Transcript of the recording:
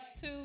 two